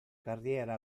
carriera